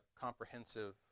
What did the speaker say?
comprehensive